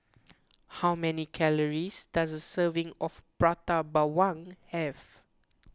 how many calories does a serving of Prata Bawang have